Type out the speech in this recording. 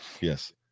yes